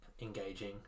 engaging